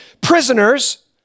prisoners